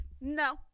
No